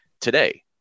today